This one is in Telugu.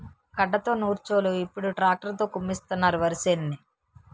గడ్డతో నూర్చోలు ఇప్పుడు ట్రాక్టర్ తో కుమ్మిస్తున్నారు వరిసేనుని